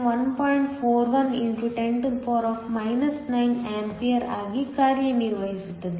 41 x 10 9 A ಆಗಿ ಕಾರ್ಯನಿರ್ವಹಿಸುತ್ತದೆ